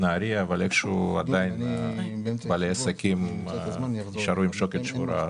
נהריה אבל איכשהו עדיין בעלי העסקים נשארו עומדים בפני שוקת שבורה.